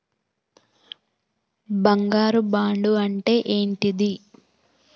బంగారు బాండు అంటే ఏంటిది?